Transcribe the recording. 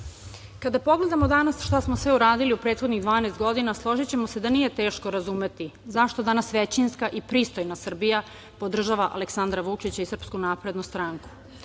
pogledamo danas šta smo sve uradili u prethodnih 12 godina, složićemo se da nije teško razumeti zašto danas većinska i pristojna Srbija podržava Aleksandra Vučića i SNS. Vide građani